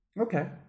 Okay